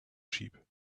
sheep